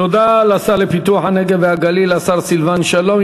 תודה לשר לפיתוח הנגב והגליל סילבן שלום.